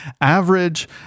average